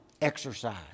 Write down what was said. exercise